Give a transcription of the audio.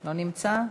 לא נמצא?